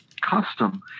custom